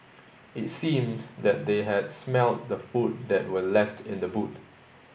it seemed that they had smelt the food that were left in the boot